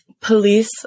Police